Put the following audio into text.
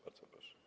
Bardzo proszę.